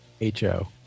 H-O